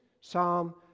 psalm